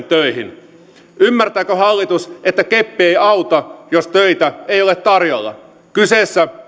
töihin ymmärtääkö hallitus että keppi ei auta jos töitä ei ole tarjolla kyseessä